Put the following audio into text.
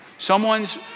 Someone's